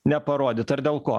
neparodyt ar dėl ko